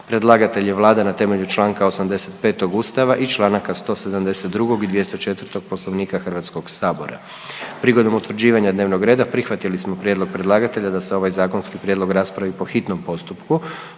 Predlagatelj je Vlada RH na temelju čl. 85. Ustava i čl. 172. i 204. Poslovnika Hrvatskog sabora. Prigodom utvrđivanja dnevnog reda prihvatili smo prijedlog predlagatelja da se ovaj zakonski prijedlog raspravi po hitnom postupku.